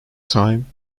time